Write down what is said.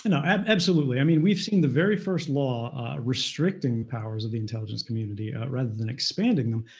no, absolutely, i mean, we've seen the very first law restricting powers of the intelligence community, rather than expanding them,